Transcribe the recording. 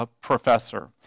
professor